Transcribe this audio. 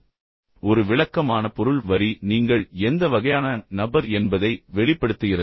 ஒரு விளக்கமான பொருள் வரியைப் பயன்படுத்துங்கள் ஏனெனில் பொருள் வரி எப்போதும் நீங்கள் எந்த வகையான நபர் என்பதை வெளிப்படுத்துகிறது